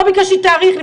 לא ביקשתי תאריך.